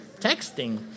texting